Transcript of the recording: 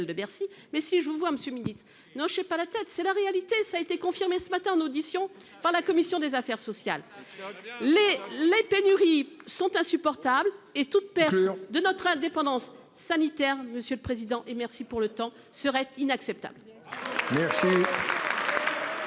de Bercy mais si je vous vois monsieur. Non, je ne sais pas la tête, c'est la réalité, ça a été confirmé ce matin en audition par la commission des affaires sociales. Les les pénuries sont insupportables et toute perte de notre indépendance sanitaire. Monsieur le président. Et merci pour le temps serait inacceptable. La